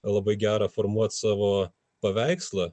labai gerą formuot savo paveikslą